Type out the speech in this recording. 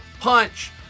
punch